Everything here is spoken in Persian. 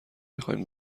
بخواین